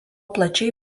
plačiai